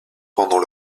pendant